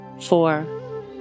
four